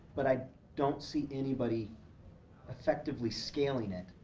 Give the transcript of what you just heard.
but i don't see anybody effectively scaling it.